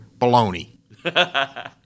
baloney